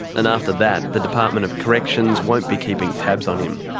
and after that, the department of corrections won't be keeping tabs on him.